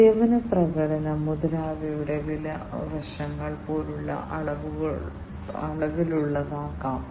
അതിനാൽ ഈ വ്യത്യസ്ത സെൻസറുകളിൽ ചിലത് ഞാൻ ഇപ്പോൾ നിങ്ങൾക്ക് കാണിച്ചുതരാം